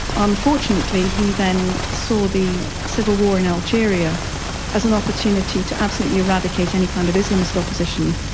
unfortunately, he then saw the civil war in algeria as an opportunity to absolutely eradicate any kind of islamist opposition,